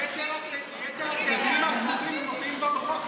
כי יתר הטעמים האסורים מופיעים כבר בחוק.